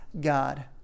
God